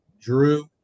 drew